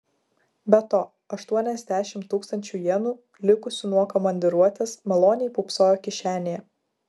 be to aštuoniasdešimt tūkstančių jenų likusių nuo komandiruotės maloniai pūpsojo kišenėje